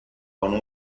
con